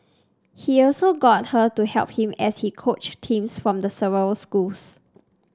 he also got her to help him as he coached teams from the several schools